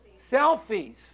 selfies